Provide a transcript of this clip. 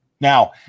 Now